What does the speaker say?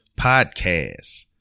podcast